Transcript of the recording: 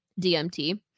DMT